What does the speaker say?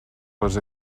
les